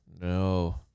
No